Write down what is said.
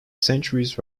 centuries